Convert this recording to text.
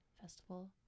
festival